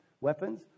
weapons